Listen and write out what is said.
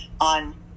on